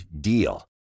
DEAL